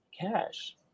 cash